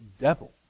devil